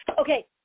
Okay